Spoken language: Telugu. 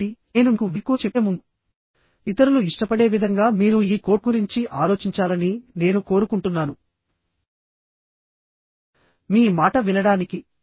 కాబట్టి నేను మీకు వీడ్కోలు చెప్పే ముందు ఇతరులు ఇష్టపడే విధంగా మీరు ఈ కోట్ గురించి ఆలోచించాలని నేను కోరుకుంటున్నాను మీ మాట వినడానికి